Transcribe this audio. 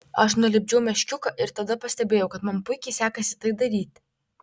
aš nulipdžiau meškiuką ir tada pastebėjau kad man puikiai sekasi tai daryti